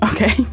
Okay